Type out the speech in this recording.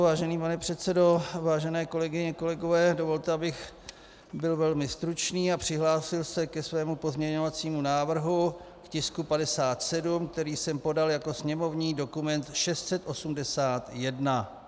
Vážený pane předsedo, vážené kolegyně a kolegové, dovolte, abych byl velmi stručný a přihlásil se ke svému pozměňovacímu návrhu k tisku 57, který jsem podal jako sněmovní dokument 681.